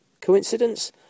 Coincidence